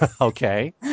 Okay